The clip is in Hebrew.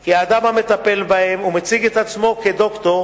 כי האדם המטפל בהם ומציג את עצמו כדוקטור